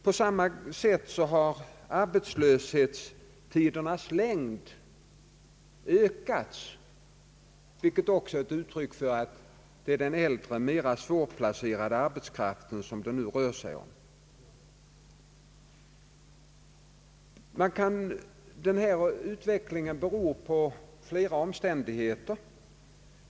På samma sätt har arbetslöshetstidernas längd ökat, vilket också är ett bevis för att det är den äldre mera svårplacerade arbetskraften det nu rör sig om. Denna utveckling beror på flera omständigheter.